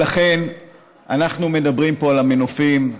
לכן אנחנו מדברים פה על המנופים.